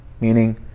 meaning